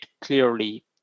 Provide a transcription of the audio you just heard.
clearly